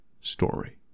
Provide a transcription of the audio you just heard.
story